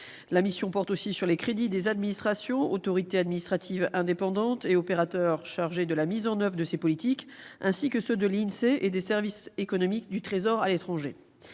La mission porte aussi sur les crédits des administrations, autorités administratives indépendantes et opérateurs chargés de la mise en oeuvre de ces politiques, ainsi que ceux de l'Insee et des services économiques du Trésor à l'étranger.